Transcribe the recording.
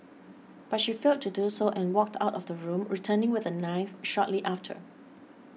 but she failed to do so and walked out of the room returning with a knife shortly after